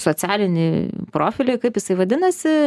socialinį profilį kaip jisai vadinasi